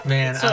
Man